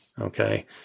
Okay